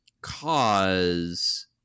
cause